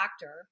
doctor